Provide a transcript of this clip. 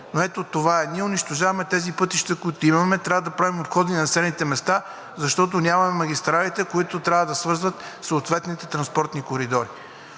но ето това е. Ние унищожаваме тези пътища, които имаме. Трябва да правим обходи на населените места, защото нямаме магистралите, които трябва да свързват съответните транспортни коридори.